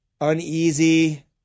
uneasy